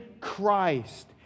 Christ